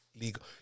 legal